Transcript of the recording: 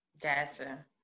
Gotcha